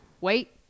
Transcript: wait